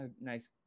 nice